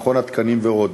מכון התקנים ועוד.